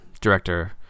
director